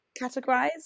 categorize